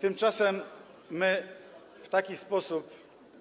Tymczasem my w taki sposób